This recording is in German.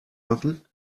machen